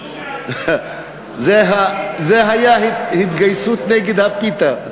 פחדו מהפיתה, זה היה התגייסות נגד הפיתה.